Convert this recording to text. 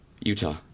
Utah